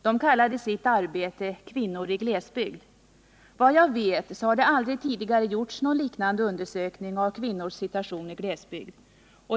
De kallade sitt arbete ”Kvinnor i glesbygd”. Vad jag vet har det aldrig tidigare gjorts någon liknande undersökning om kvinnors situation i glesbygd.